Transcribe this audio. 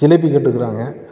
jalebi கேட்டுருக்கிறாங்க